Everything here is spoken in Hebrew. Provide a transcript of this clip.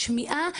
שמיעה.